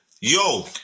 yo